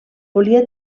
volia